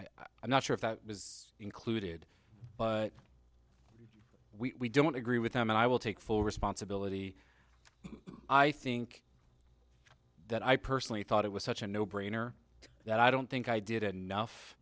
am not sure if that was included but we don't agree with them and i will take full responsibility i think that i personally thought it was such a no brainer that i don't think i did enough